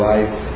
Life